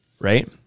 right